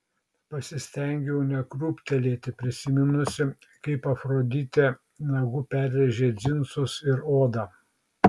pasistengiau nekrūptelėti prisiminusi kaip afroditė nagu perrėžė džinsus ir odą